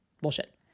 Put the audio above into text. bullshit